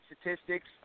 statistics